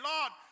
Lord